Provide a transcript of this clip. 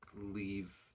leave